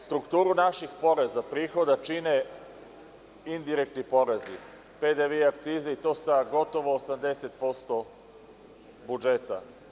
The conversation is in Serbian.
Strukturu naših poreza prihoda čine indirektni porezi, PDV i akcize i to sa gotovo sa 80% budžeta.